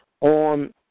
on